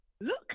look